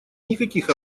никаких